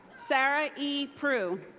sara e. prugh.